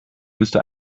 müsste